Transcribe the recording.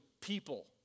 people